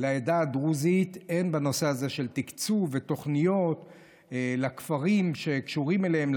לעדה הדרוזית בנושא הזה של תקצוב ותוכניות לכפרים שקשורים אליהם,